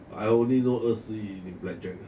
I only know 二十一 in blackjack